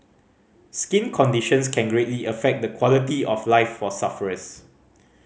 skin conditions can greatly affect the quality of life for sufferers